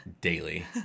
daily